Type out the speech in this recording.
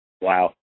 Wow